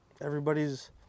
everybody's